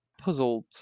puzzled